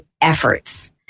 efforts